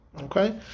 Okay